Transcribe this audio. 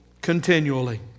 continually